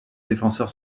défenseur